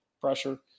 pressure